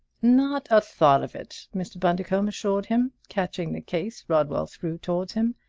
not a thought of it! mr. bundercombe assured him, catching the case rodwell threw toward him.